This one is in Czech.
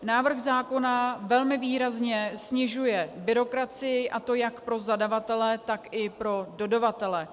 Návrh zákona velmi výrazně snižuje byrokracii, a to jak pro zadavatele, tak i pro dodavatele.